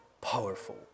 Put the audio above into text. powerful